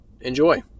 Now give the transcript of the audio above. Enjoy